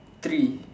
three